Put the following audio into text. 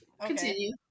Continue